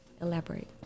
elaborate